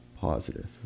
positive